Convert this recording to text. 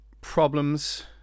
problems